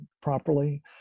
properly